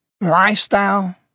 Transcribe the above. lifestyle